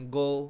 go